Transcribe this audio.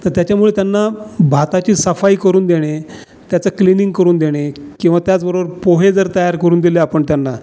तर त्याच्यामुळे त्यांना भाताची सफाई करून देणे त्याचं क्लिनिंग करून देणे किंवा त्याचबरोबर पोहे जर तयार करून दिले आपण त्यांना